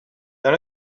dans